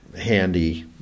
handy